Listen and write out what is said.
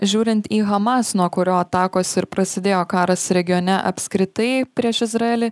žiūrint į hamas nuo kurio atakos ir prasidėjo karas regione apskritai prieš izraelį